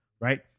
right